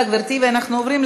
עברה